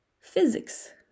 physics